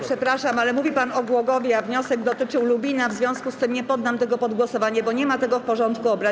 Panie pośle, przepraszam, ale mówi pan o Głogowie, a wniosek dotyczył Lubina, w związku z tym nie poddam go pod głosowanie, bo nie ma tego w porządku obrad.